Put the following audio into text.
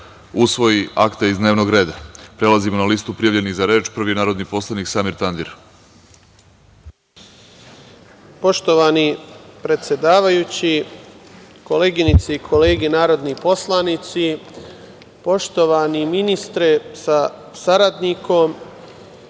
usvoji akte iz dnevnog reda. Prelazimo na listu prijavljenih za reč. Prvi narodni poslanik Samir Tandir. Izvolite. **Samir Tandir** Poštovani predsedavajući, koleginice i kolege narodni poslanici, poštovani ministre sa saradnikom,